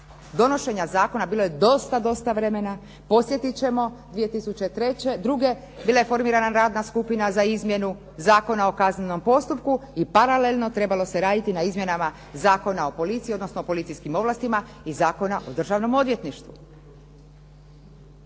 donošenja zakona bilo je dosta dosta vremena. Podsjetit ćemo, 2003., 2002. bila je formirana radna skupina za izmjenu Zakona o kaznenom postupku i paralelno trebalo se raditi na izmjenama Zakona o policiji odnosno o policijskim ovlastima i Zakona o državnom odvjetništvu.